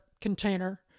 container